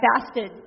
fasted